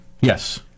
Yes